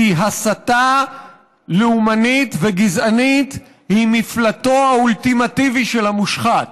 כי הסתה לאומנית וגזענית היא מפלטו האולטימטיבי של המושחת.